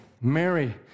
Mary